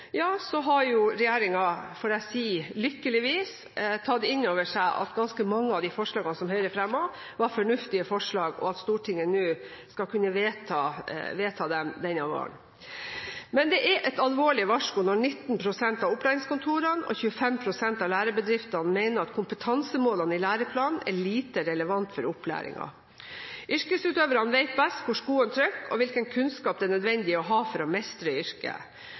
har regjeringen lykkeligvis, får jeg si, tatt inn over seg at ganske mange av de forslagene som Høyre fremmet, var fornuftige forslag, slik at Stortinget nå skal kunne vedta dem denne våren. Det er et alvorlig varsko når 19 pst. av opplæringskontorene og 25 pst. av lærebedriftene mener at kompetansemålene i læreplanen er lite relevante for opplæringen. Yrkesutøverne vet best hvor skoen trykker, og hvilken kunnskap det er nødvendig å ha for å mestre yrket.